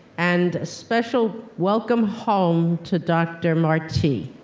and a special welcome home to dr. marti.